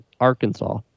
Arkansas